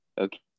Okay